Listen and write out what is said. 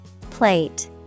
Plate